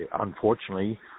unfortunately